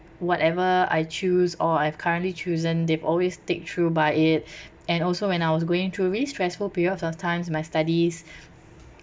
whatever I choose or I've currently chosen they've always stick through by it and also when I was going to really stressful period sometimes my studies